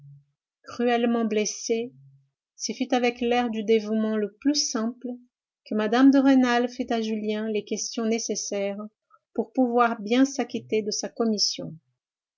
cruellement blessée ce fut avec l'air du dévouement le plus simple que mme de rênal fit à julien les questions nécessaires pour pouvoir bien s'acquitter de sa commission